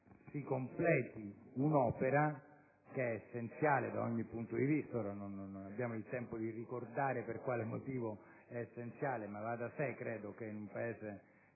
si completi un'opera che è essenziale da ogni punto di vista. Non abbiamo il tempo per ricordare per quale motivo ciò sia essenziale, ma va da sé per un Paese